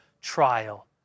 trial